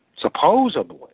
supposedly